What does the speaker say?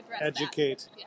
Educate